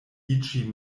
iĝi